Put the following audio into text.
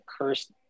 cursed